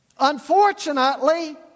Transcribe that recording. Unfortunately